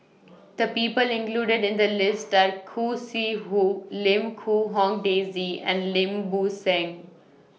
The People included in The list Are Khoo Sui Hoe Lim Quee Hong Daisy and Lim Bo Seng